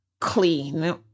clean